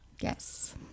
Yes